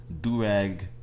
Durag